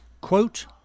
quote